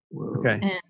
Okay